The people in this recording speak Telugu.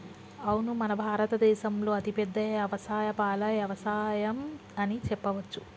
అవును మన భారత దేసంలో అతిపెద్ద యవసాయం పాల యవసాయం అని చెప్పవచ్చు